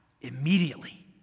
immediately